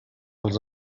dels